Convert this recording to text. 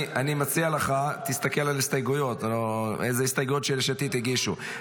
אני מציע לך להסתכל אילו הסתייגויות יש עתיד הגישו.